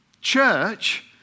Church